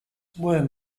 were